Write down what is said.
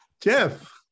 Jeff